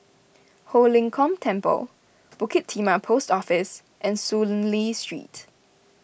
Ho Lim Kong Temple Bukit Timah Post Office and Soon Lee Street